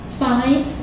five